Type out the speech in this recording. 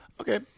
Okay